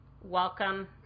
Welcome